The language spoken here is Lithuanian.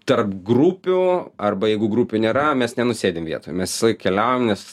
tarp grupių arba jeigu grupių nėra mes nenusėdim vietoj mes visąlaik keliaujam nes